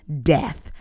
death